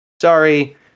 Sorry